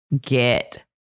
get